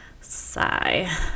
Sigh